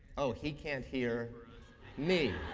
oh, he can't hear me.